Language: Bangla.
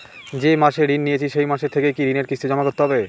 যে মাসে ঋণ নিয়েছি সেই মাস থেকেই কি ঋণের কিস্তি জমা করতে হবে?